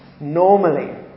normally